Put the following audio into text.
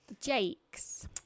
Jake's